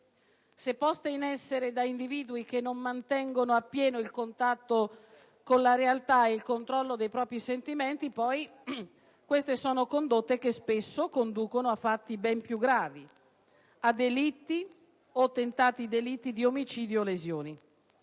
se poste in essere da individui che non mantengono appieno il contatto con la realtà e il controllo dei propri sentimenti, queste sono condotte che spesso conducono a fatti ben più gravi, a delitti o tentati delitti di omicidio o lesioni.